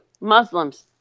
Muslims